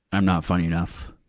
i'm not funny enough.